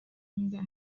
میدهد